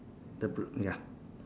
the bl~ ya